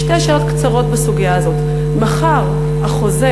שתי שאלות קצרות בסוגיה הזאת: מחר החוזה